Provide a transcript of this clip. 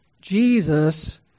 Jesus